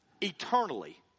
eternally